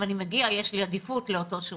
אם אני מגיעה, האם יש לי עדיפות לאותו שירות.